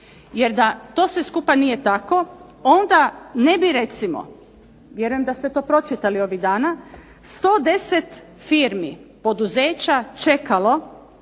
Jer da sve to skupa nije tako, onda ne bi recimo vjerujem da ste to pročitali ovih dana 110 firmi poduzeća čekalo